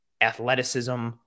athleticism